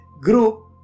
group